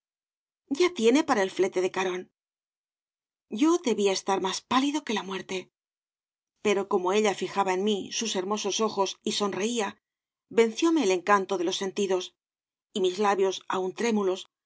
ya tiene para el flete de carón yo debía estar más pálido que la muerte obras de valle inclan pero como ella fijaba en mí sus hermosos ojos y sonreía vencióme el encanto de los sentidos y mis labios aún trémulos